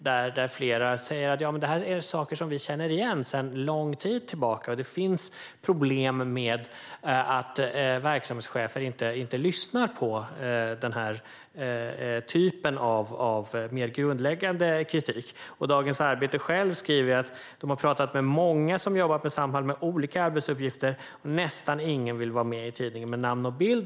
De säger att detta är saker de känner igen sedan lång tid tillbaka och att det finns problem med att verksamhetschefer inte lyssnar på denna typ av mer grundläggande kritik. På Dagens Arbete skriver man själv att man har pratat med många som har jobbat med Samhall, med olika arbetsuppgifter, men att nästan ingen vill vara med i tidningen med namn och bild.